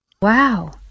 Wow